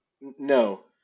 No